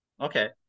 Okay